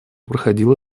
проходила